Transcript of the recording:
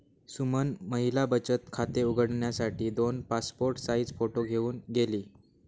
सुमन महिला बचत खाते उघडण्यासाठी दोन पासपोर्ट साइज फोटो घेऊन गेली